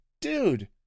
dude